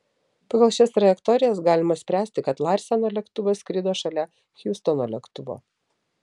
pagal šias trajektorijas galima spręsti kad larseno lėktuvas skrido šalia hiustono lėktuvo